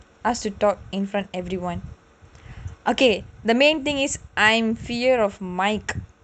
ask to talk in front everyone okay the main thing is I'm fear of microphone